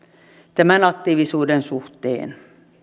tämän aktiivisuuden suhteen